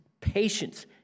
patience